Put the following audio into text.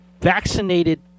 vaccinated